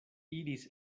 iris